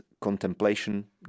contemplation